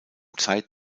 zeit